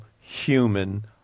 human